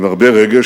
עם הרבה רגש,